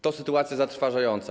To sytuacja zatrważająca.